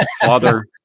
father